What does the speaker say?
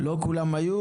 לא כולם היו,